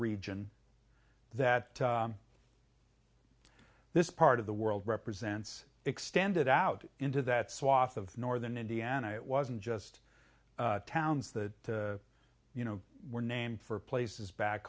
region that this part of the world represents extended out into that swath of northern indiana it wasn't just the towns the you know were named for places back